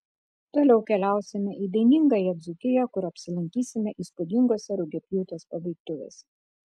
toliau keliausime į dainingąją dzūkiją kur apsilankysime įspūdingose rugiapjūtės pabaigtuvėse